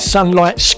Sunlight